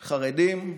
חרדים,